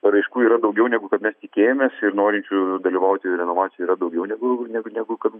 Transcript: paraiškų yra daugiau negu kad mes tikėjomės ir norinčiųjų dalyvauti renovacijoj yra daugiau negu negu negu kad